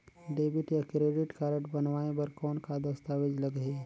Debit या credit card बनवाय बर कौन का दस्तावेज लगही?